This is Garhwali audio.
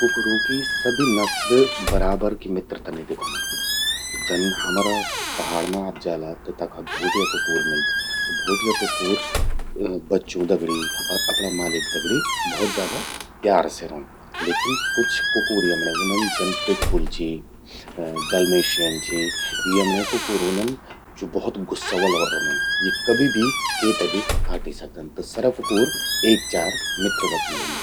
कुकुरों की सभी नस्ल बराबर कि मित्रता नि दिखौंदन। जन हमरा पहाड़ मां आप जाला, त तख भोटिया कुकूर मिल्द। भोटिया कुकूर बच्चों दगड़ि अर अपरा मालिक दगड़ि प्यार से रौंद। लेकिन कुछ कुकूर यमण्ये व्हंदन, जन पिटबुल चि, डल्मेशियन चि, यमण्ये कुकुर व्हदन ज्वो भौतच गुस्सा वला रौंदन। यी कभि भी केते भी काटि सकदन। त सरा कुकुर एक चार मित्रवत नि वंह्दन।